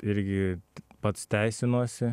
irgi pats teisinuosi